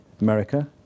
America